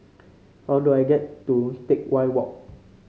how do I get to Teck Whye Walk